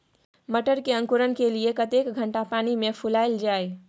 मटर के अंकुरण के लिए कतेक घंटा पानी मे फुलाईल जाय?